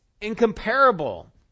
incomparable